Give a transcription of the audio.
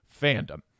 fandom